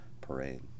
parade